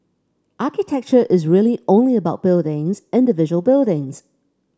architecture is really only about buildings individual buildings